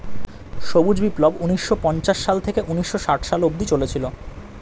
সবুজ বিপ্লব ঊন্নিশো পঞ্চাশ সাল থেকে ঊন্নিশো ষাট সালে অব্দি চলেছিল